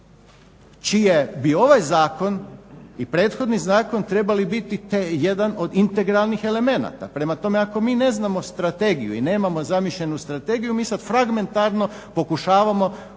čiji bi ovaj zakon i prethodni zakon trebali biti jedan od integralnih elemenata. Prema tome, ako mi ne znamo strategiju i nemamo zamišljenu strategiju mi sad fragmentarno pokušavamo kako